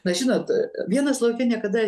na žinot vienas lauke niekada